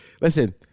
Listen